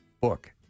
book